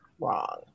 wrong